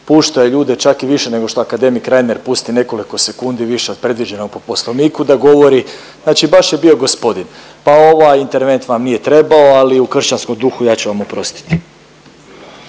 Puštao je ljude čak i više nego što akademik Reiner pusti nekoliko sekundi više od predviđenog po Poslovniku da govori. Znači baš je bio gospodin. Pa ovaj intervent vam nije trebao, ali u kršćanskom duhu ja ću vam oprostiti.